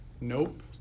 Nope